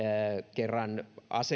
kerran